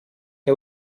che